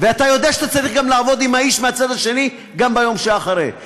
ואתה יודע שאתה צריך לעבוד עם האיש מהצד השני גם ביום שאחרי.